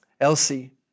Elsie